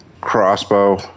Crossbow